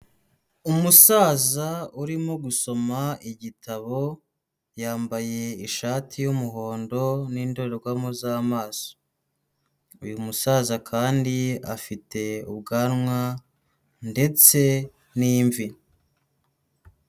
Umusaza urimo gusoma igitabo yambaye ishati y'umuhondo n'indorerwamo z'amaso, uyu musaza kandi afite ubwanwa ndetse n'imvi.